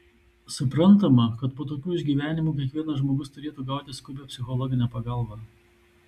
suprantama kad po tokių išgyvenimų kiekvienas žmogus turėtų gauti skubią psichologinę pagalbą